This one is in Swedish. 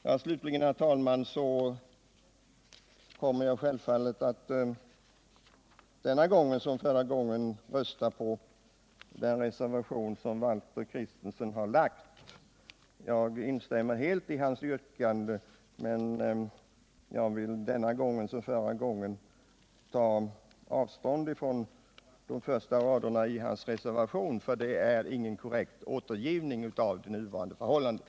Jag kommer självfallet, herr talman, att rösta på reservationen av Valter Kristenson m.fl. Jag instämmer helt i hans yrkande, men jag vill denna gång —- liksom jag gjorde förra gången — ta avstånd från de första raderna i hans reservation, som inte är någon korrekt återgivning av nuvarande förhållanden.